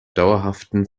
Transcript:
dauerhaften